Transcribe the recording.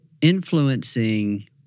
influencing